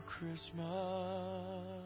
Christmas